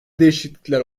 değişiklikler